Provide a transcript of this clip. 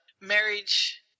marriage